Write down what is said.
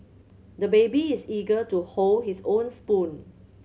the baby is eager to hold his own spoon